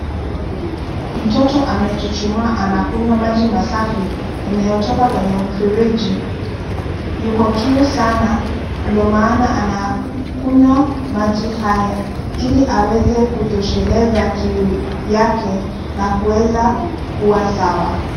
Mtoto amechuchumaa. Anakunywa maji masafi yanayotoka kwenye mfereji. Yuko kiu sana ndo maana anakunywa maji haya ili aweze kutosheleza kiu yake na kuweza kuwa sawa.